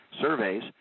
surveys